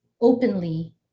openly